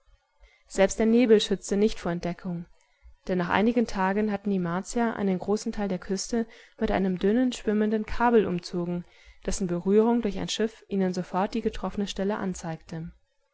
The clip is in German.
selbst der nebel schützte nicht vor entdeckung denn nach einigen tagen hatten die martier einen großen teil der küste mit einem dünnen schwimmenden kabel umzogen dessen berührung durch ein schiff ihnen sofort die getroffene stelle anzeigte